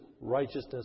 righteousness